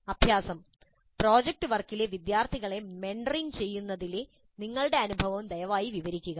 അഭ്യാസം പ്രോജക്റ്റ് വർക്കിലെ വിദ്യാർത്ഥികളെ മെന്ററിംഗ് ചെയ്യുന്നതിലെ നിങ്ങളുടെ അനുഭവം ദയവായി വിവരിക്കുക